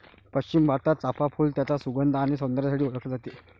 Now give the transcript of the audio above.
पश्चिम भारतात, चाफ़ा फूल त्याच्या सुगंध आणि सौंदर्यासाठी ओळखले जाते